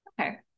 Okay